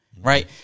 Right